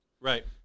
Right